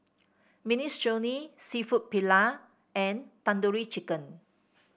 Minestrone seafood Paella and Tandoori Chicken